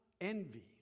envy